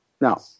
Now